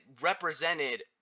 represented